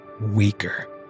weaker